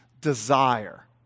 desire